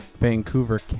Vancouver